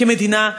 כמדינה,